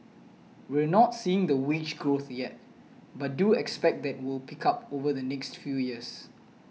we're not seeing the wage growth yet but do expect that will pick up over the next few years